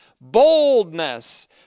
boldness